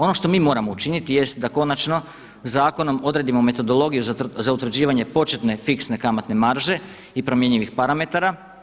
Ono što mi moramo učiniti jest da konačno zakonom odredimo metodologiju za utvrđivanje početne fiksne kamatne marže i promjenjivih parametara.